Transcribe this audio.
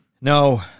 No